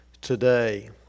today